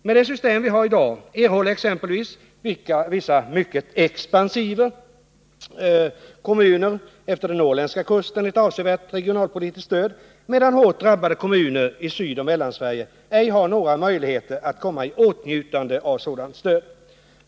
Med det system vi har i dag erhåller exempelvis vissa mycket expansiva kommuner efter den norrländska kusten ett avsevärt regionalpolitiskt stöd, medan hårt drabbade kommuner i Sydoch Mellansverige ej har några möjligheter att komma i åtnjutande av sådant stöd.